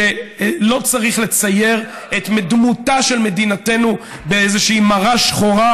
שלא צריך לצייר את דמותה של מדינתנו באיזושהי מרה שחורה,